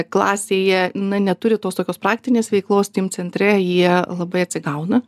klasėje na neturi tos tokios praktinės veiklos steam centre jie labai atsigauna